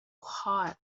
hot